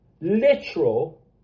literal